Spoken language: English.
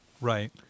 Right